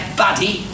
buddy